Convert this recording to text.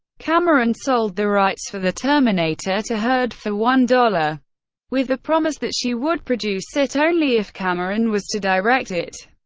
cameron sold the rights for the terminator to hurd for one dollar with the promise that she would produce it only if cameron was to direct it.